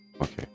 okay